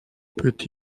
peut